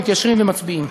מתיישרים ומצביעים.